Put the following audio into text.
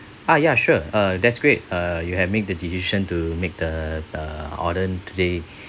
ah yeah sure uh that's great uh you have made the decision to make the uh order today